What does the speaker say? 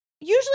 usually